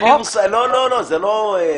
לא, זה לא.